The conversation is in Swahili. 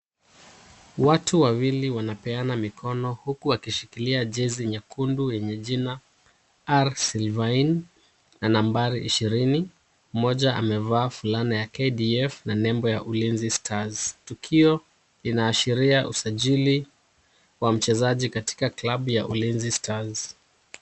Watu wawili wanapeana mikono huku wakishikilia jezi nyekundu yenye jina Alps Devine yenye nambari ishirini. Mmoja amevaa fulana ya KDF. Na nembo ya ulinzi stars. tukio linaashiria usajili wa mchezaji katika klabu ya Ulinzi stars.